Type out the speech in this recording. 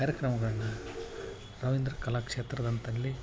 ಕಾರ್ಯಕ್ರಮಗಳನ್ನ ರವೀಂದ್ರ ಕಲಾಕ್ಷೇತ್ರದಂಥಲ್ಲಿ